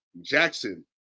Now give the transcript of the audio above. Jackson